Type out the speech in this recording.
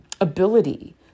ability